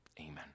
Amen